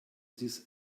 these